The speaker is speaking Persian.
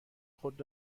خود